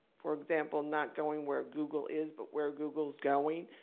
for example, not going where google is but where google's going.